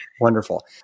Wonderful